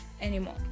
anymore